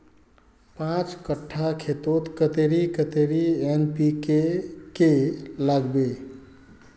पाँच कट्ठा खेतोत कतेरी कतेरी एन.पी.के के लागबे?